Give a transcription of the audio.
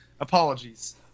apologies